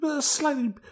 slightly